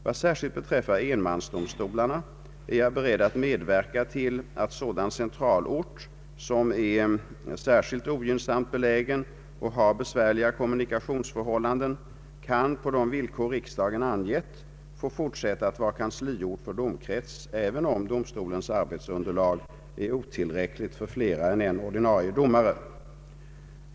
Vad speciellt beträffar enmansdomstolarna är jag beredd att medverka till att sådan centralort, som är särskilt ogynnsamt belägen och har besvärliga kommunikationsförhållanden, kan på de villkor riksdagen angett få fortsätta att vara kansliort för domkrets, även om domstolens arbetsunderlag är otillräckligt för flera än en ordinarie domare.